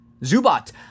Zubat